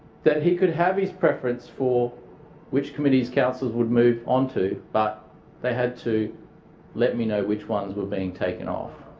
that he could have his preference for which committees councillors would move on to but they had to let me know which ones were being taken off.